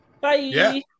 bye